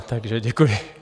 Takže děkuji.